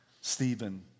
Stephen